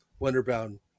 Wonderbound